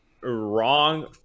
wrong